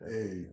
Hey